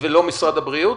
ולא משרד הבריאות?